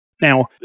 Now